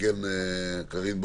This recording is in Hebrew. קארין אלהרר,